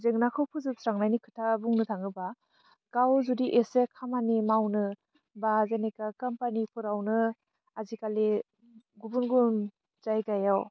जेंनाखौ फोजोबस्रांनायनि खोथा बुंनो थाङोबा गाव जुदि एसे खामानि मावनो बा जेनेखा काम्पानिफोरावनो आजिखालि गुबुन गुबुन जायगायाव